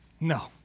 No